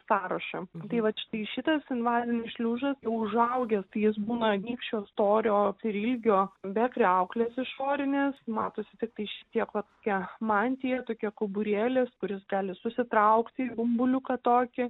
sąrašą tai vat štai šitas invazinis šliužas užaugęs jis būna nykščio storio ir lygio be kriauklės išorinės matosi tiktai šitie va tokie mantija tokie kauburėlis kuris gali susitraukti į bumbuliuką tokį